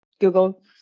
Google